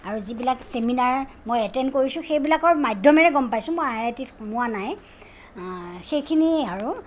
আৰু যিবিলাক চেমিনাৰ মই এটেণ্ড কৰিছোঁ সেইবিলাকৰ মাধ্যমেৰে মই গম পাইছোঁ মই আই আই টিত সোমোৱা নাই সেইখিনিয়ে আৰু